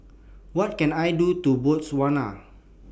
What Can I Do in Botswana